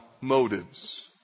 motives